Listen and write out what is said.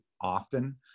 often